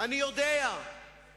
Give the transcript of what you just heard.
הפרקליט הצבאי הראשי.